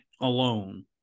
alone